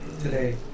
Today